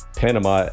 panama